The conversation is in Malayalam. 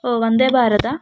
ഓ വന്ദേ ഭാരതാണോ